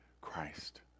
Christ